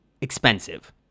expensive